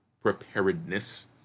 preparedness